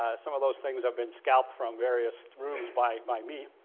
some of those things have been scalped from various rooms by by me.